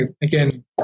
again